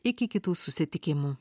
iki kitų susitikimų